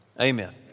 Amen